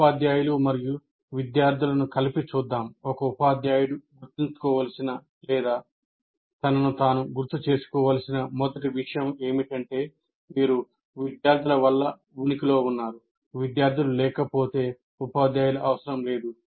ఉపాధ్యాయులు మరియు విద్యార్థులను కలిసి చూద్దాం ఒక ఉపాధ్యాయుడు గుర్తుంచుకోవలసిన లేదా తనను తాను గుర్తు చేసుకోవలసిన మొదటి విషయం ఏమిటంటే మీరు విద్యార్థుల వల్ల ఉనికిలో ఉన్నారు విద్యార్థులు లేకపోతే ఉపాధ్యాయుల అవసరం లేదు